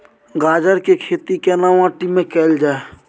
गाजर के खेती केना माटी में कैल जाए?